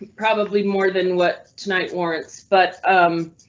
probably more than what tonight warrants, but um